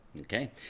Okay